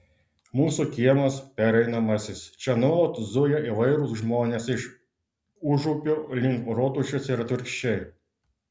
mūsų kiemas pereinamasis čia nuolat zuja įvairūs žmonės iš užupio link rotušės ir atvirkščiai